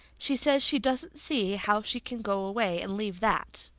she says she doesn't see how she can go away and leave that.